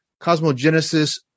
Cosmogenesis